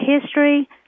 history